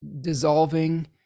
dissolving